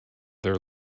their